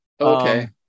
Okay